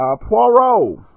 Poirot